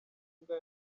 imbwa